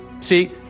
See